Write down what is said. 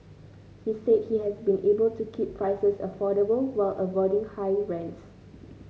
he said he has been able to keep prices affordable while avoiding high rents